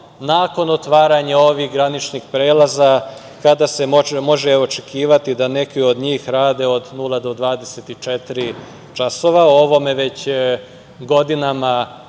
Nakon otvaranja ovih graničnih prelaza, kada se može očekivati da neke od njih rade od 00.00 do 24.00 časova? O ovome već godinama